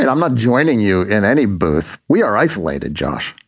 and i'm not joining you in any booth. we are isolated, josh.